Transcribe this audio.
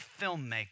filmmaker